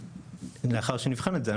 לאחר שנבחן את זה,